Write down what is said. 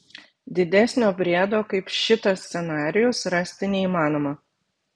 didesnio briedo kaip šitas scenarijus rasti neįmanoma